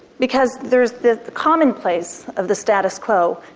because there is this commonplace of the status quo,